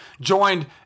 joined